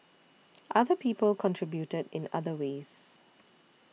other people contributed in other ways